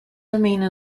remain